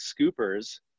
scoopers